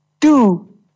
two